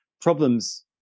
problems